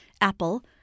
Apple